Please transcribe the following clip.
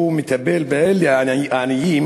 שהוא מי שמטפל באלה העניים,